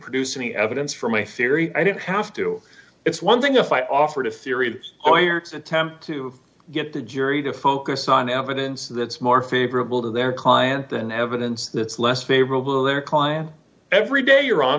produce any evidence for my theory i don't have to it's one thing if i offered a furious wired's attempt to get the jury to focus on evidence that's more favorable to their client than evidence that's less favorable their client every day your hon